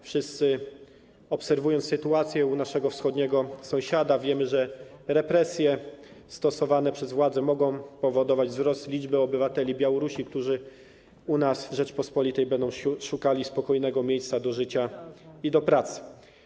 Wszyscy obserwujemy sytuację u naszego wschodniego sąsiada i wiemy, że represje stosowane przez władze mogą powodować wzrost liczby obywateli Białorusi, którzy będą u nas, na terytorium Rzeczypospolitej szukali spokojnego miejsca do życia i do pracy.